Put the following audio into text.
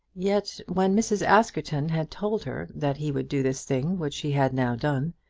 yet when mrs. askerton had told her that he would do this thing which he had now done,